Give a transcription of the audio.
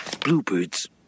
bluebirds